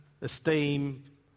esteem